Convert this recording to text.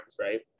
right